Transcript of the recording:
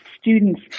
students